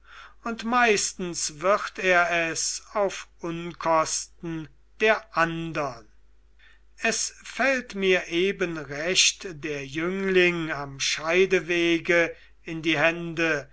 und meistens wird er es auf unkosten der andern es fällt mir eben recht der jüngling am scheidewege in die hände